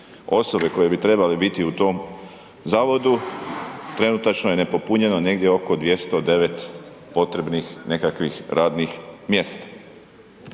osobe koje bi trebale biti u tom zavodu. Trenutačno je nepopunjeno negdje oko 209 potrebnih nekakvih radnih mjesta.